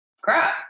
crap